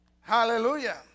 Hallelujah